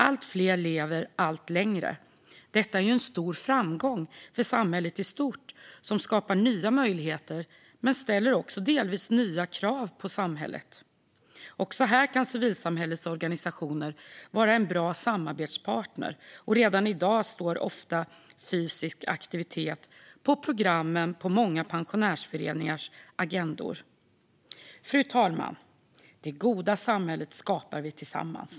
Allt fler lever allt längre. Detta är en stor framgång för samhället i stort, och det skapar nya möjligheter. Men det ställer också delvis nya krav på samhället. Också här kan civilsamhällets organisationer vara en bra samarbetspartner. Redan i dag står ofta fysisk aktivitet på programmet på många pensionärsföreningars agenda. Fru talman! Det goda samhället skapar vi tillsammans.